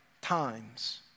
times